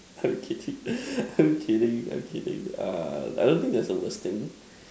I'm kidding I'm kidding I'm kidding uh I don't think there's a worst thing